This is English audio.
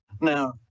Now